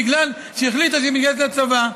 בגלל שהיא החליטה שהיא מתגייסת לצבא.